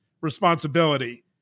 responsibility